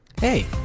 hey